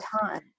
time